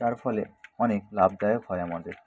তার ফলে অনেক লাভদায়ক হয় আমাদের